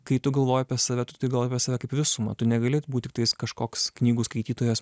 kai tu galvoji apie save tu turi galvot apie save kaip visumą tu negali būt tiktais kažkoks knygų skaitytojas